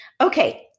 Okay